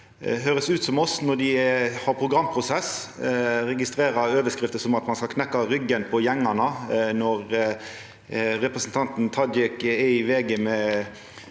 høyrest ut som oss når dei har programprosess, eg registrerer overskrifter som at ein skal knekkja ryggen på gjengane. Når representanten Tajik er i VG med